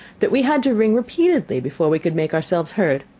that we had to ring repeatedly before we could make ourselves heard.